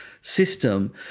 system